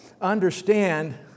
understand